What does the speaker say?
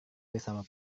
bersama